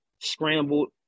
scrambled